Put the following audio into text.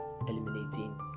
eliminating